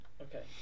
Okay